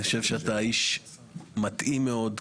אני חושב שאתה איש מתאים מאוד,